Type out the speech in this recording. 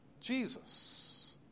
Jesus